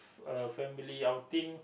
a family outing